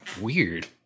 Weird